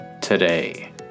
today